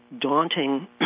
daunting